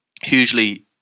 hugely